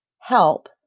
help